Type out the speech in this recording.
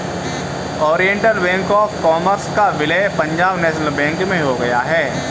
Oriental bank of commerce का विलय Punjab national bank में हो गया है